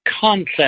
concept